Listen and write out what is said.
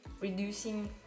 reducing